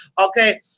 okay